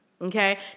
Okay